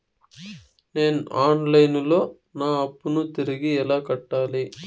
నేను online లో నా అప్పును తిరిగి ఎలా కట్టాలి?